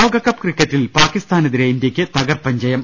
ലോകകപ്പ് ക്രിക്കറ്റിൽ പാകിസ്ഥാനെതിരെ ഇന്ത്യക്ക് തകർപ്പൻ ജയം